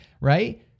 right